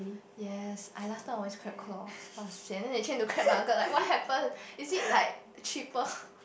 yes I last time I always crab claw but sian then they change to crab nugget like what happen is it like cheaper